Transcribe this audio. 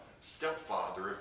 stepfather